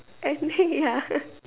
I mean ya